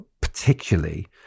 particularly